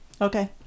Okay